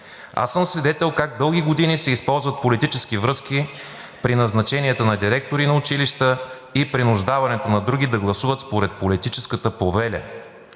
Аз съм свидетел как дълги години се използват политически връзки при назначенията на директори на училища и принуждаването на други да гласуват според политическата повеля.